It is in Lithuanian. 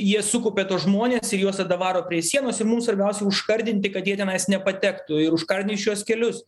jie sukaupia tuos žmones ir juos tada varo prie sienos ir mum svarbiausia užkardinti kad jie tenais nepatektų ir užkardinti šiuos kelius